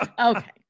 okay